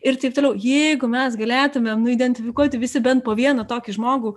ir taip toliau jeigu mes galėtumėm identifikuoti visi bent po vieną tokį žmogų